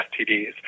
STDs